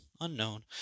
Unknown